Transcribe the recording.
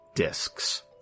Discs